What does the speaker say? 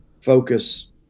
focus